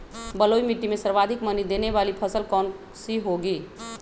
बलुई मिट्टी में सर्वाधिक मनी देने वाली फसल कौन सी होंगी?